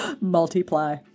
Multiply